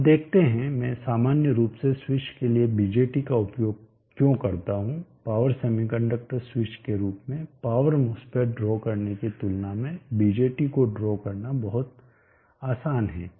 आप देखते हैं मैं सामान्य रूप से स्विच के लिए BJT का उपयोग क्यों करता हूं पावर सेमीकंडक्टर स्विच के रूप में पावर MOSFET ड्रा करने की तुलना में BJT को ड्रा करना बहुत आसान है